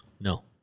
No